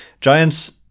Giants